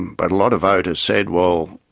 but a lot of voters said, well,